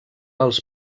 els